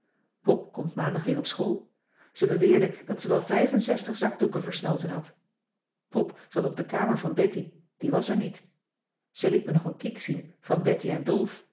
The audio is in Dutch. pop komt maandag weer op school ze beweerde dat ze wel vijf en zestig zakdoeken versnoten had pop zat op de kamer van betty die was er niet ze liet me nog een kiek zien van betty en